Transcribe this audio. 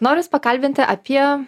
noriu jus pakalbinti apie